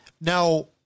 Now